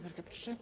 Bardzo proszę.